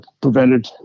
prevented